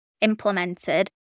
implemented